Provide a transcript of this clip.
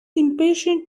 impatient